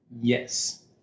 Yes